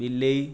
ବିଲେଇ